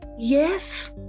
yes